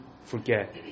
forget